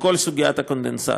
בכל סוגיית הקונדנסט,